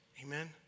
amen